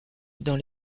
dans